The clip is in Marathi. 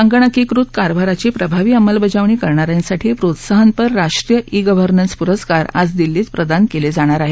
संगणकीकृत कारभाराची प्रभावी अंमलबजावणी करणा यांसाठी प्रोत्साहनपर राष्ट्रीय ई गव्हर्नन्स पुरस्कार आज दिल्लीत प्रदान केले जाणार आहेत